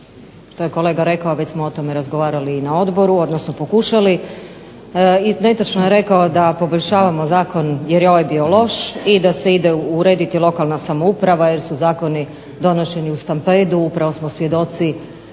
što je kolega rekao, već smo o tome razgovarali na Odboru, odnosno pokušali i netočno je rekao da poboljšavamo Zakon jer je ovaj bio loš i da se ide urediti lokalna samouprava jer su Zakoni donošeni u stampedu, upravo smo svjedoci